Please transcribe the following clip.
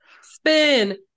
Spin